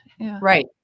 right